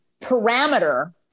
parameter